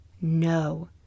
No